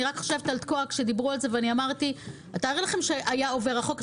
אני רק חושבת על תקוע כשדיברו על זה תארו לכם שהיה עובר החוק?